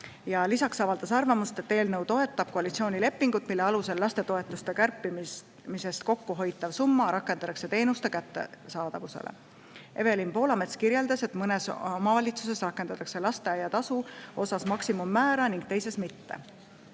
Lisaks avaldas ta arvamust, et eelnõu toetab koalitsioonilepingut, mille alusel lastetoetuste kärpimisest kokku hoitav summa rakendatakse teenuste kättesaadavuse [parendamiseks]. Evelin Poolamets kirjeldas, et mõnes omavalitsuses rakendatakse lasteaiatasu maksimummäära ning teises mitte. Heljo